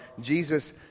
Jesus